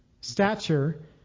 stature